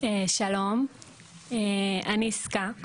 אני יסכה,